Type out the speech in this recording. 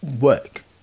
work